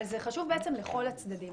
אבל זה חשוב לכל הצדדים.